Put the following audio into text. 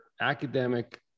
academic